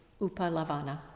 Upalavana